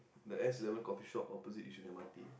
the S-eleven coffeeshop opposite yishun m_r_t